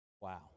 Wow